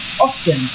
often